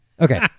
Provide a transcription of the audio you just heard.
okay